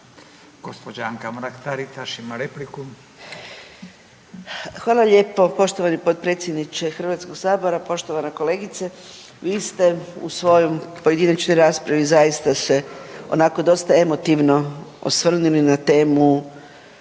Hvala lijepo poštovani potpredsjedniče Hrvatskog sabora. Poštovana kolegice vi ste u svojoj pojedinačnoj raspravi zaista se onako dosta emotivno osvrnuli na temu